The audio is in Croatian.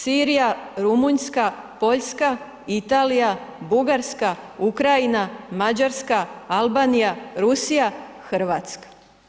Sirija, Rumunjska, Poljska, Italija, Bugarska, Ukrajina, Mađarska, Albanija, Rusija, Hrvatska.